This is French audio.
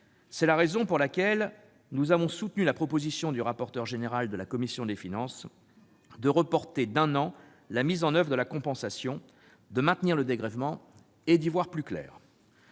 C'est la raison pour laquelle nous avons soutenu la proposition du rapporteur général de la commission des finances de reporter d'un an la mise en oeuvre de la compensation et de maintenir le dégrèvement avant d'y voir plus clair.